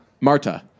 Marta